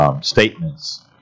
statements